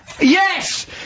Yes